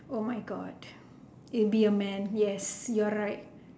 oh my god it will be a man yes you are right